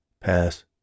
Pass